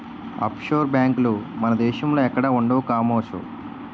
offshore బేంకులు మన దేశంలో ఎక్కడా ఉండవు కామోసు